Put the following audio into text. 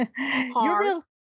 hard